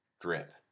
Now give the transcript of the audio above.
drip